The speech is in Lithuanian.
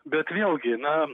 bet vėlgi na